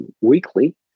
weekly